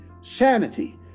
sanity